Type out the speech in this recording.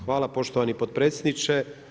Hvala poštovani podpredsjedniče.